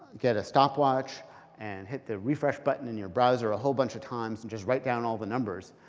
get a stopwatch and hit the refresh button in your browser a whole bunch of times and just write down all the numbers,